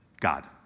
God